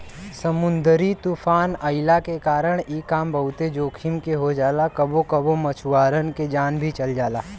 समुंदरी तूफ़ान अइला के कारण इ काम बहुते जोखिम के हो जाला कबो कबो मछुआरन के जान भी चल जाला